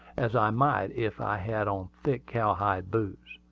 as i might if i had on thick cowhide boots.